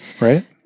Right